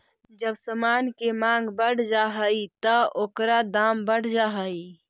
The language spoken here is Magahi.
जब समान के मांग बढ़ जा हई त ओकर दाम बढ़ जा हई